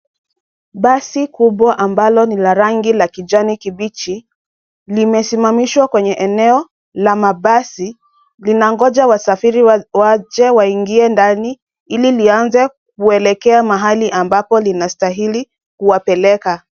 Basi kubwa ambalo ni la rangi ya kijani kibichi limesimamishwa kwenye eneo la mabasi . Linangoja wasafiri waje waingie ndani ili lianze kuelekea mahali ambapo linastahili kuwapeleka.